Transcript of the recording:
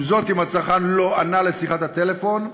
עם זאת, אם הצרכן לא ענה לשיחת הטלפון,